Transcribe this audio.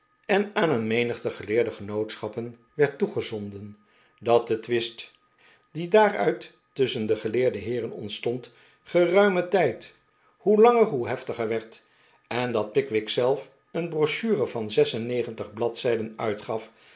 en aan een menigte geleerde ge nootschappen werd toegezonden dat de twist die daaruit tusschen de geleerde heeren ontstond geruimen tijd hoe langer hoe heftiger werd en dat pickwick zelf een brochure van zes en negentig bladzijden uitgaf